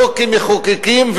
לא כמחוקקים,